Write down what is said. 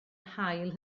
hail